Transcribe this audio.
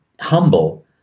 humble